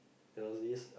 there was this